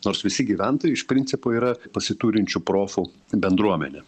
nors visi gyventojai iš principo yra pasiturinčių profų bendruomenė